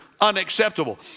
unacceptable